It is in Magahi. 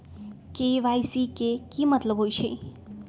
के.वाई.सी के कि मतलब होइछइ?